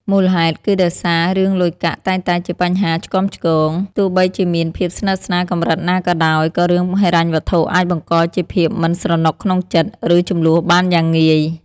មូលហេតុគឺដោយសារ រឿងលុយកាក់តែងតែជាបញ្ហាឆ្គាំឆ្គង ទោះបីជាមានភាពស្និទ្ធស្នាលកម្រិតណាក៏ដោយ ក៏រឿងហិរញ្ញវត្ថុអាចបង្កជាភាពមិនស្រណុកក្នុងចិត្ត ឬជម្លោះបានយ៉ាងងាយ។